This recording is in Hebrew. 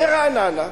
ברעננה,